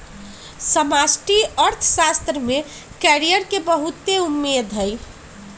समष्टि अर्थशास्त्र में कैरियर के बहुते उम्मेद हइ